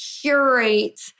curate